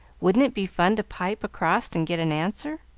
wouldn't it be fun to pipe across and get an answer!